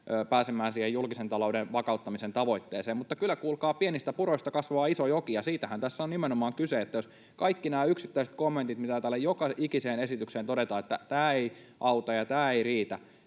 pääsemään siihen julkisen talouden vakauttamisen tavoitteeseen. Mutta kyllä, kuulkaa, pienistä puroista kasvaa iso joki, ja siitähän tässä on nimenomaan kyse, että jos kaikki nämä yksittäiset kommentit, mitä täällä joka ikiseen esitykseen todetaan, että tämä ei auta ja tämä ei riitä,